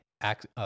act